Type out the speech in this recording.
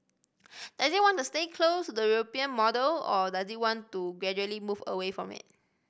does it want to stay close to the European model or does it want to gradually move away from it